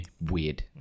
weird